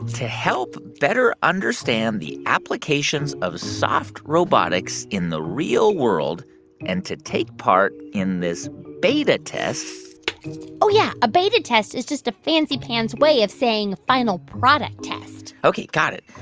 to help better understand the applications of soft robotics in the real world and to take part in this beta test oh, yeah. a beta test is just a fancy-pants way of saying final product test ok, got it.